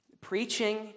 Preaching